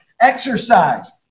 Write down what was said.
Exercise